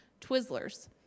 Twizzlers